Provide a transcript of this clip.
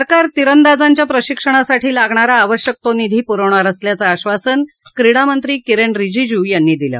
सरकार तिरंदाजांच्या प्रशिक्षणासाठी लागणारा आवश्यक तो निधी पुरवणार असल्याचं आश्वासन क्रिडा मंत्री किरेन रिजिजू यांनी दिलं